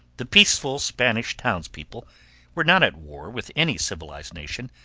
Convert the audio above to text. the peaceful spanish townspeople were not at war with any civilized nation,